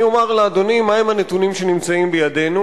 אני אומר לאדוני מהם הנתונים שנמצאים בידינו